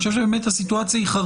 אני חושב שהסיטואציה היא חריגה.